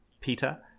Peter